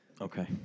Okay